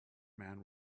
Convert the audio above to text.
man